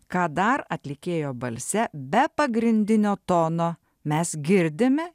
ką dar atlikėjo balse be pagrindinio tono mes girdime